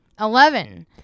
Eleven